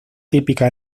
típica